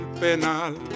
penal